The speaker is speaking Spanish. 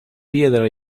piedra